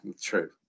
true